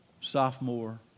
Sophomore